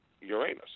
Uranus